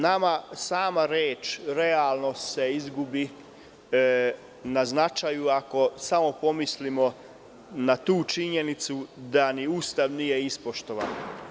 Nama sama reč – realno izgubi na značaju kada samo pomislimo na tu činjenicu da ni Ustav nije ispoštovan.